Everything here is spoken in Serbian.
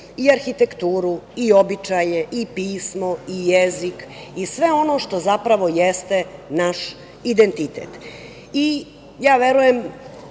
arhitekturu, običaje, pismo, jezik i sve ono što zapravo jeste naš identitet. Ja verujem